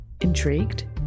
Intrigued